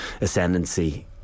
ascendancy